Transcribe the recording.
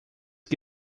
que